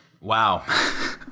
Wow